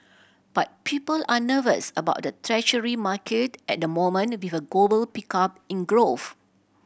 but people are nervous about the Treasury market at the moment with a global pickup in growth